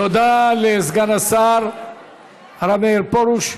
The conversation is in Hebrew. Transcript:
תודה לסגן השר הרב מאיר פרוש.